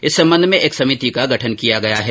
इस संबंध में एक समिति का गठन किया गया है